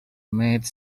made